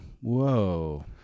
Whoa